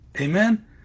Amen